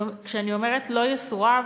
כשאני אומרת "לא יסורב",